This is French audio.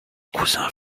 cousins